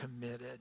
committed